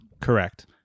Correct